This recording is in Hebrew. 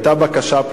היתה בקשה,